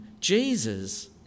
Jesus